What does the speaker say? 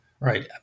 Right